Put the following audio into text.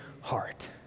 heart